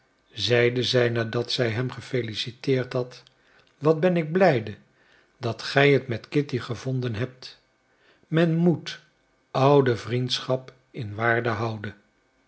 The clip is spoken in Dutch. zeide zij nadat zij hem gefeliciteerd had wat ben ik blijde dat gij het met kitty gevonden hebt men moet oude vriendschap in waarde houden